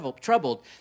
troubled